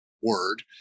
word